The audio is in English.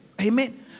Amen